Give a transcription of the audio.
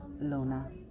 luna